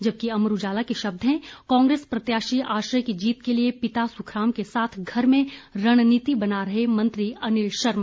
जबकि अमर उजाला के शब्द हैं कांग्रेस प्रत्याशी आश्रय की जीत के लिए पिता सुखराम के साथ घर में रणनीति बना रहे मंत्री अनिल शर्मा